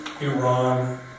Iran